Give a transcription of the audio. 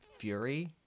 fury